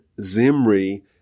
Zimri